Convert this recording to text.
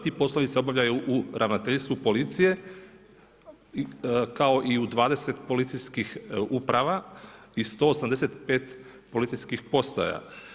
Ti poslovi se obavljaju u Ravnateljstvu policije kao i u 20 policijskih uprava i 185 policijskih postaja.